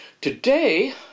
Today